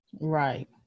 Right